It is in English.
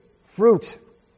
fruit